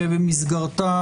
שבמסגרתה